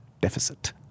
deficit